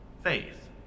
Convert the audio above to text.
faith